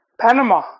Panama